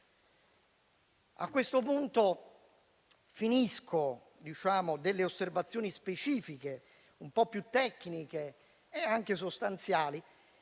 A questo punto finisco con alcune osservazioni specifiche, un po' più tecniche, anche sostanziali,